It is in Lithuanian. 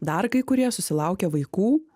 dar kai kurie susilaukia vaikų